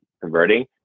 converting